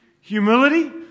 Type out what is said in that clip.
Humility